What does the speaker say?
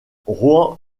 rouen